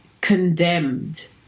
condemned